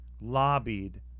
lobbied